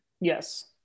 yes